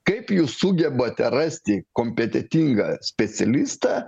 kaip jūs sugebate rasti kompetentingą specialistą